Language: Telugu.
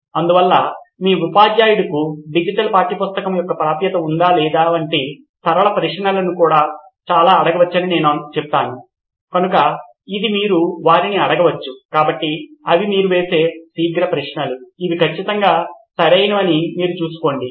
అందువల్ల మీ ఉపాధ్యాయుడుకు డిజిటల్ పాఠ్యపుస్తకం యొక్క ప్రాప్యత ఉందా లేదా వంటి సరళ ప్రశ్నలను చాలా అడగవచ్చని నేను చెప్తాను కనుక ఇది మీరు వారిని అడగవచ్చు కాబట్టి అవి మీరు వేసే శీఘ్ర ప్రశ్నలు ఇవి ఖచ్చితంగా సరైనవని మీరు చూసుకోండి